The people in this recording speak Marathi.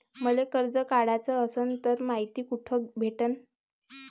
मले कर्ज काढाच असनं तर मायती कुठ भेटनं?